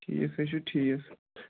ٹھیٖک حظ چھُ ٹھیٖک